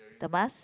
the mask